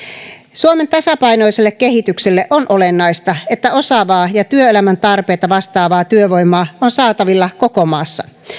suomen tasapainoiselle kehitykselle on olennaista että osaavaa ja työelämän tarpeita vastaavaa työvoimaa on saatavilla koko maassa